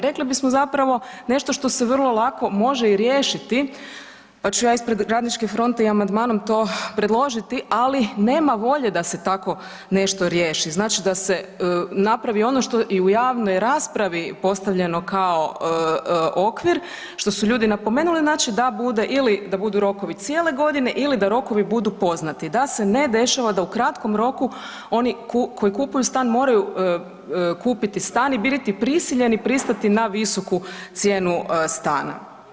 Rekli bismo zapravo nešto što se vrlo lako može i riješiti pa ću ja ispred Radničke fronte i amandmanom to predložiti ali nema volje da se tako nešto riješi, znači da se napravi ono što je i u javnoj raspravi postavljeno kao okvir što su ljudi napomenuli, znači da budu rokovi cijele godine ili da rokovi budu poznati, da se ne dešava da u kratkom roku oni koji kupuju stan moraju kupiti stan i biti prisiljeni pristati na visoku cijenu stana.